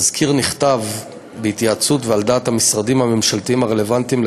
התזכיר נכתב בהתייעצות ועל דעת המשרדים הממשלתיים הרלוונטיים,